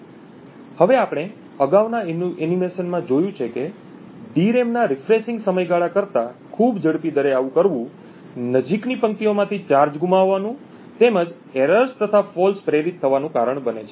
હવે આપણે અગાઉના એનિમેશનમાં જોયું છે કે ડીરેમ ના રિફ્રેશિંગ સમયગાળા કરતા ખૂબ ઝડપી દરે આવું કરવું નજીકની પંક્તિઓમાંથી ચાર્જ ગુમાવવાનું તેમજ ભૂલો તથા ફૉલ્સ પ્રેરિત થવાનું કારણ બને છે